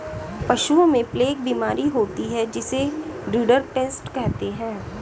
पशुओं में प्लेग बीमारी होती है जिसे रिंडरपेस्ट कहते हैं